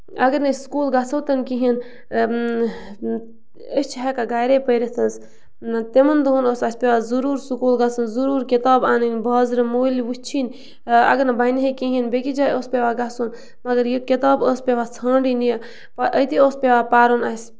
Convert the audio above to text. اَگر نہٕ أسۍ سٔکوٗل گژھو تہٕ نہٕ کِہیٖنۍ أسۍ چھِ ہٮ۪کان گٔرے پٔرِتھ حظ تِمَن دۄہَن اوس اَسہِ پٮ۪وان ضٔروٗر سکوٗل گژھُن ضٔروٗر کِتاب اَنٕنۍ بازرٕ مٔلۍ وٕچھِنۍ اَگر نہٕ بَنہِ ہے کِہیٖنۍ بیٚکِس جایہِ اوس پٮ۪وان گژھُن مگر یہِ کِتاب ٲس پٮ۪وان ژھانٛڈٕنۍ یہِ أتی اوس پٮ۪وان پَرُن اَسہِ